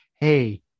Hey